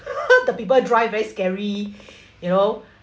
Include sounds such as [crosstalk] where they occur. [laughs] the people drive very scary you know